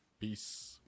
Peace